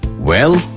well,